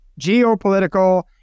geopolitical